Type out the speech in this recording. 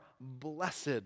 blessed